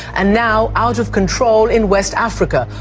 and now out of control in west africa,